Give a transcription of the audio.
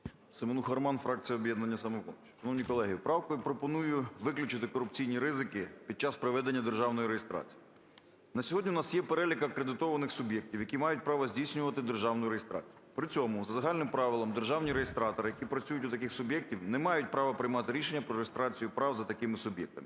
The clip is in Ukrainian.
Семенуха Роман фракція, "Об'єднання "Самопоміч". Шановні колеги, правкою пропоную виключити корупційні ризики під час проведення державної реєстрації. На сьогодні в нас є перелік акредитованих суб'єктів, які мають право здійснювати державну реєстрацію. При цьому за загальним правилом державні реєстратори, які працюють у таких суб'єктів, не мають права приймати рішення про реєстрацію прав за такими суб'єктами.